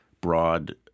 broad